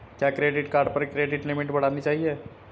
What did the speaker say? क्या credit card पर credit limit बढ़ानी चाहिए?